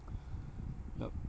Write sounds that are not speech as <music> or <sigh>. <breath> yup